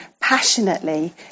passionately